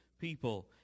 people